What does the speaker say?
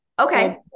okay